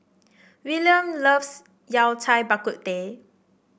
Willian loves Yao Cai Bak Kut Teh